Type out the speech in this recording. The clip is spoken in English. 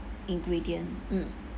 ingredient mm